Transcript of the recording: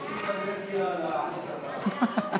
(תיקון מס' 9), התשע"ד